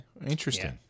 Interesting